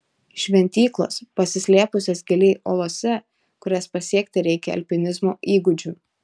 šventyklos pasislėpusios giliai uolose kurias pasiekti reikia alpinizmo įgūdžių